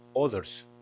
others